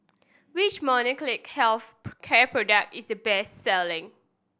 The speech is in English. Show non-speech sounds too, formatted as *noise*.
which Molnylcke Health *noise* care product is the best selling